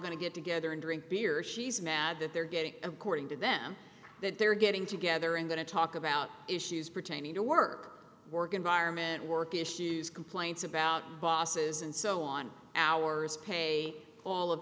going to get together and drink beer she's mad that they're getting according to them that they're getting together in going to talk about issues pertaining to work work environment work issues complaints about bosses and so on hours pay all of